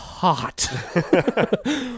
Hot